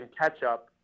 catch-up